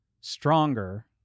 stronger